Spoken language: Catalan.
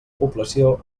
població